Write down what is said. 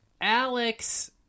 Alex